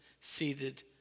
seated